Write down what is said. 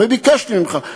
וביקשתי ממך,